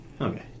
Okay